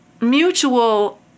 mutual